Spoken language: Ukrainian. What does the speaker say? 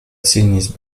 цінність